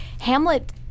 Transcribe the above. hamlet